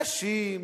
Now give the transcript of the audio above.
קשים,